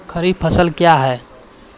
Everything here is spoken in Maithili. खरीफ फसल क्या हैं?